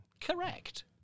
Correct